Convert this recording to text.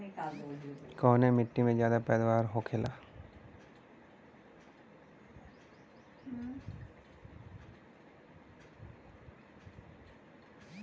कवने मिट्टी में ज्यादा पैदावार होखेला?